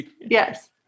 Yes